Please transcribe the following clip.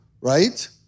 right